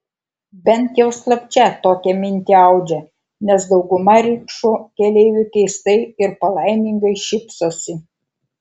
bent jau slapčia tokią mintį audžia nes dauguma rikšų keleivių keistai ir palaimingai šypsosi